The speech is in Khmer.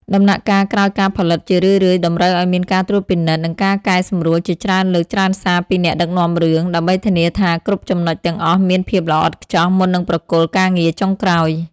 ដំណាក់កាលក្រោយការផលិតជារឿយៗតម្រូវឱ្យមានការត្រួតពិនិត្យ និងការកែសម្រួលជាច្រើនលើកច្រើនសាពីអ្នកដឹកនាំរឿង ដើម្បីធានាថាគ្រប់ចំណុចទាំងអស់មានភាពល្អឥតខ្ចោះមុននឹងប្រគល់ការងារចុងក្រោយ។